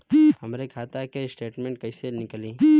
हमरे खाता के स्टेटमेंट कइसे निकली?